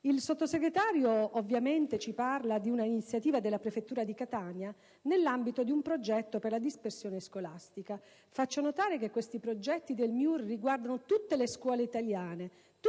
Il Sottosegretario ci parla di un'iniziativa della prefettura di Catania nell'ambito di un progetto per la dispersione scolastica. Faccio notare che questi progetti del MIUR riguardano tutte le scuole italiane: